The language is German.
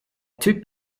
typ